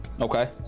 okay